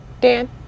Dan